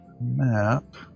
map